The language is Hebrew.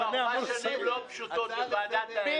שנים לא פשוטות בוועדת האתיקה.